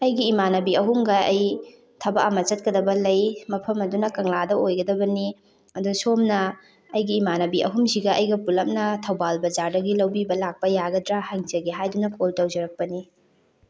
ꯑꯩꯒꯤ ꯏꯃꯥꯟꯅꯕꯤ ꯑꯍꯨꯝꯒ ꯑꯩ ꯊꯕꯛ ꯑꯃ ꯆꯠꯀꯗꯕ ꯂꯩ ꯃꯐꯝ ꯑꯗꯨꯅ ꯀꯪꯂꯥꯗ ꯑꯣꯏꯒꯗꯕꯅꯤ ꯑꯗꯨ ꯁꯣꯝꯅ ꯑꯩꯒꯤ ꯏꯃꯥꯟꯅꯕꯤ ꯑꯍꯨꯝꯁꯤꯒ ꯑꯩ ꯄꯨꯜꯂꯞꯅ ꯊꯧꯕꯥꯜ ꯕꯖꯥꯔꯗꯒꯤ ꯂꯧꯕꯤꯕ ꯂꯥꯛꯄ ꯌꯥꯒꯗ꯭ꯔꯥ ꯍꯪꯖꯒꯦ ꯍꯥꯏꯗꯨꯅ ꯀꯣꯜ ꯇꯧꯖꯔꯛꯄꯅꯤ